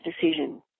decision